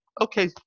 okay